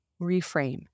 reframe